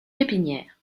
pépinières